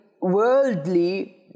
worldly